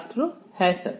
ছাত্র হ্যাঁ স্যার